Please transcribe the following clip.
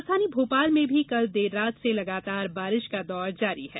राजधानी भोपाल में भी कल देर रात से लगातार कर बारिश का दौर जारी है